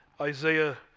Isaiah